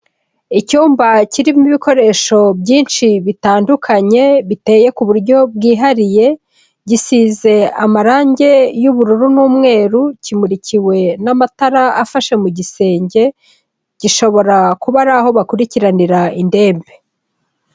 Icyumba kirimo ibikoresho byinshi bitandukanye biteye ku buryo bwihariye, gisize amarange y'ubururu n'umweru kimurikiwe n'amatara afashe mu gisenge, gishobora kuba ari aho bakurikiranira indembe.